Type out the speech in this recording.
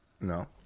No